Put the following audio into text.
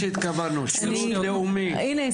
אפשר להוסיף שאלה קטנה?